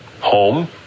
Home